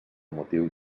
motiu